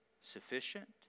sufficient